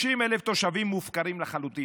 60,000 תושבים מופקרים לחלוטין.